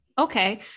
Okay